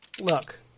Look